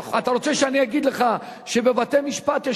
אתה רוצה שאני אגיד לך שבבתי-משפט יש